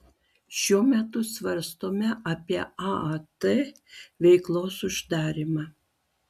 šiuo metu svarstome apie aat veiklos uždarymą